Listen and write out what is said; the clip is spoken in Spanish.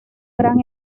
gran